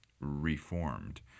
reformed